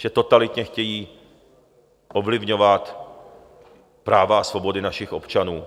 Že totalitně chtějí ovlivňovat práva a svobody našich občanů?